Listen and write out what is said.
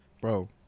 bro